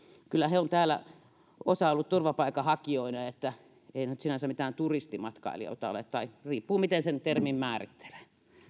kyllä heistä osa on ollut täällä turvapaikanhakijoina että eivät nämä nyt sinänsä mitään turistimatkailijoita ole tai riippuu miten sen termin määrittelee